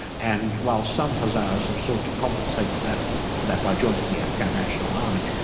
and while some hazaras have sought to compensate for that for that by joining the afghan national army,